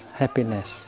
happiness